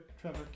Trevor